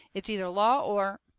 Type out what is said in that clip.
it's either law or